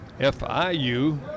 FIU